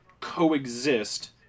coexist